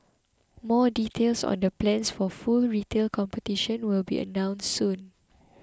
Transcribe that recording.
more details on the plans for full retail competition will be announced soon